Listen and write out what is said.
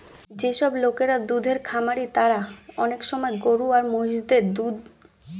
যেসব লোকরা দুধের খামারি তারা অনেক সময় গরু আর মহিষ দের উপর দুধ দুয়ানার মেশিন ব্যাভার কোরছে